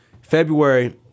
February